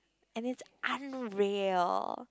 and it's unreal